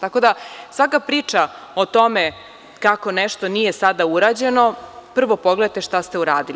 Tako da svaka priča o tome kako nešto nije sada urađeno, prvo pogledajte šta ste uradili.